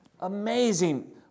amazing